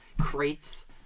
crates